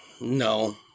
no